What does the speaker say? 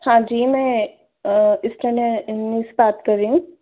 हाँ जी मैं से बात कर रही हूँ